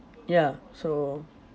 ya so